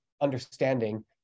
understanding